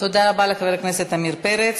תודה רבה לחבר הכנסת עמיר פרץ.